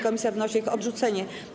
Komisja wnosi o ich odrzucenie.